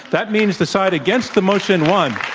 that means the side against the motion won.